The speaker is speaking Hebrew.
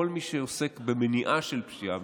כל מי שעוסק במניעה של פשיעה,